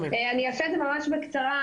שלום, אני אעשה את זה ממש בקצרה.